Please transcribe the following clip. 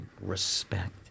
respect